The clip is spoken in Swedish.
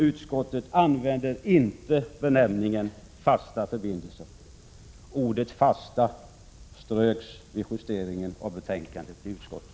Utskottet använder inte benämningen fasta förbindelser — ordet fasta ströks vid justeringen av betänkandet i utskottet.